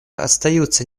остаются